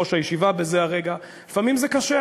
יושב-ראש הישיבה בזה הרגע, לפעמים זה קשה.